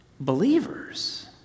Believers